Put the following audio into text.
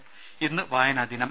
രുമ ഇന്ന് വായനാദിനം